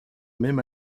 même